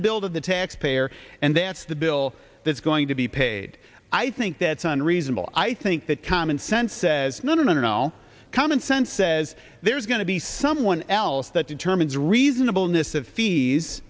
the bill to the taxpayer and that's the bill that's going to be paid i think that's unreasonable i think that common sense says no no no common sense says there's going to be someone else that determines reasonable